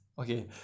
okay